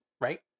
right